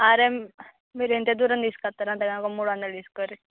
అరే మీరు ఎంత దూరం తీసుకు వస్తారొ అంత దాకా ఒక మూడు వందలు తీసుకోర్రి